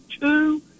two